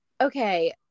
okay